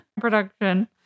production